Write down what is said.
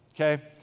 okay